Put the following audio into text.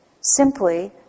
simply